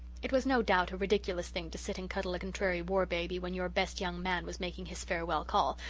it was, no doubt, a ridiculous thing to sit and cuddle a contrary war-baby when your best young man was making his farewell call,